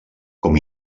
com